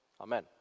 Amen